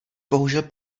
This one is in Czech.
bohužel